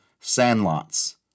sandlots